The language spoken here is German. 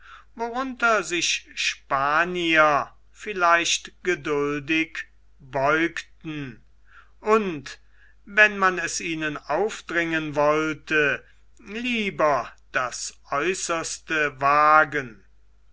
worunter sich spanier vielleicht geduldig beugten und wenn man es ihnen aufdringen wollte lieber das aeußerste wagen